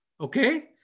Okay